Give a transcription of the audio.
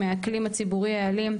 מהאקלים הציבורי האלים,